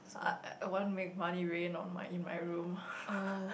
uh I want make money really on my in my room